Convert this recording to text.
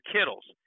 Kittles